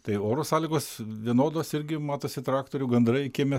tai oro sąlygos vienodos irgi matosi traktorių gandrai kieme